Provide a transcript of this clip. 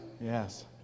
Yes